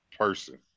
person